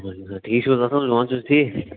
الحمداللہ ٹھیٖک چھِو حظ اَصٕل پانہٕ چھِو حظ ٹھیٖک